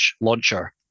launcher